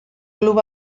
klub